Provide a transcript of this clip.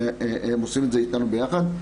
שהם עושים את זה אתנו ביחד.